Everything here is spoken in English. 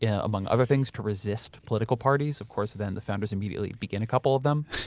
yeah among other things, to resist political parties. of course, then the founders immediately begin a couple of them.